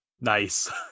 Nice